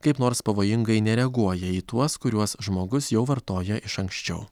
kaip nors pavojingai nereaguoja į tuos kuriuos žmogus jau vartoja iš anksčiau